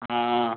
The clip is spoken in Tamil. ஆ